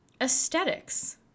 aesthetics